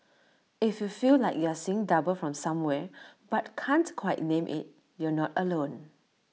if you feel like you're seeing double from somewhere but can't quite name IT you're not alone